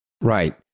Right